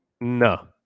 No